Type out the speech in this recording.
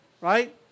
right